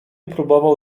próbował